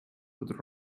would